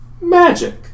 Magic